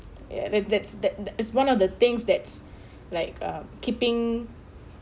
ya that that's that is one of the things that's like uh keeping